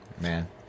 man